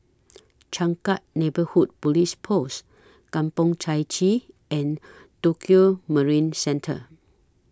Changkat Neighbourhood Police Post Kampong Chai Chee and Tokio Marine Centre